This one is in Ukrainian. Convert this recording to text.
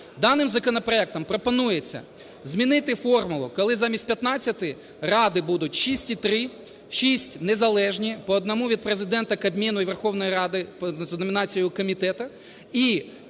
Даним законопроектом пропонується змінити формулу, коли замість 15 ради будуть 6 і 3. Шість незалежні, по одному від Президента, Кабміну і Верховної Ради за номінацією комітету,